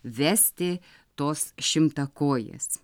vesti tos šimtakojės